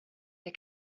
der